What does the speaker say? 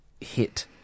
hit